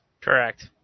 Correct